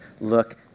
look